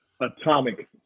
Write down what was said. Atomic